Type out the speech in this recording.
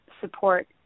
support